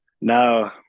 No